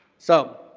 so,